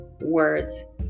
words